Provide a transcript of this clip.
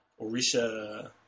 Orisha